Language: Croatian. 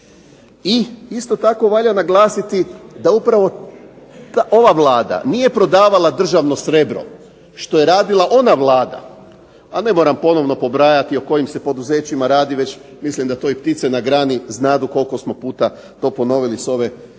I isto tako valja naglasiti da upravo ova Vlada nije prodavala državno srebro što je radila ona Vlada, a ne moram ponovo pobrajati o kojim se poduzećima radi, već mislim da to i ptice na grani znadu koliko smo puta to ponovili s ove